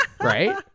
Right